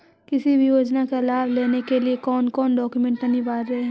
किसी भी योजना का लाभ लेने के लिए कोन कोन डॉक्यूमेंट अनिवार्य है?